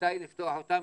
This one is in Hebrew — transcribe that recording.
מתי לפתוח אותן,